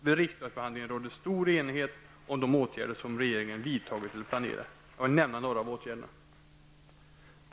Vid riksdagsbehandlingen rådde det stor enighet om de åtgärder som regeringen vidtagit eller planerar. Jag vill här nämna några av åtgärderna.